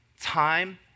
time